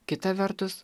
kita vertus